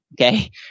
Okay